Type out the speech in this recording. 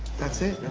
that's it.